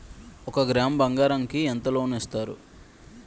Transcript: ఒక గ్రాము బంగారం కి ఎంత లోన్ ఇస్తారు?